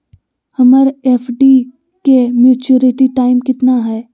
हमर एफ.डी के maturity time कितना है?